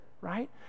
right